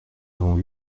avons